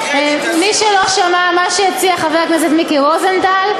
מי שלא שמע מה שהציע חבר הכנסת מיקי רוזנטל,